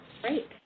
Great